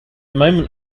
moment